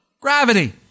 Gravity